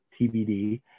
tbd